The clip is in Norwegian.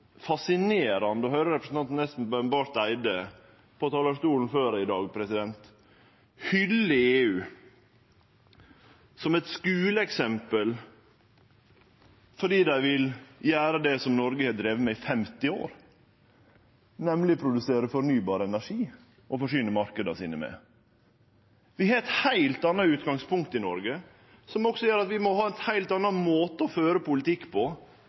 å høyre representanten Espen Barth Eide på talarstolen i dag, der han hylla EU som eit skuleeksempel fordi dei vil gjere det som Noreg har drive med i 50 år, nemleg å produsere fornybar energi og forsyne marknadene sine med det. Vi har eit heilt anna utgangspunkt i Noreg, noko som også gjer at vi må ha ein heilt annan måte å føre politikk på, og ikkje sjå oss blind på talrekning på